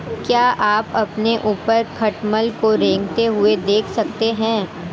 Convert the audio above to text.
क्या आप अपने ऊपर खटमल को रेंगते हुए देख सकते हैं?